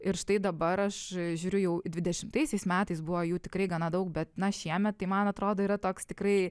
ir štai dabar aš žiūriu jau dvidešimtaisiais metais buvo jų tikrai gana daug bet na šiemet tai man atrodo yra toks tikrai